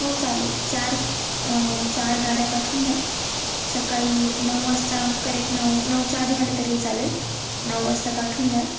हो चालेल चार चार गाड्या पाठवून द्या सकाळी नऊ वाजता करेक्ट नऊ नऊच्या आधी आले तरी चालेल नऊ वाजता पाठवून द्या